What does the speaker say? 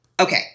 Okay